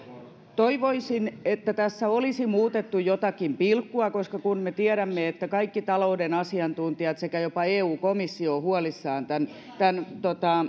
toivoisin että tässä olisi muutettu jotakin pilkkua koska kun me tiedämme että kaikki talouden asiantuntijat sekä jopa eu komissio ovat huolissaan tämän tämän